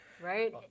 Right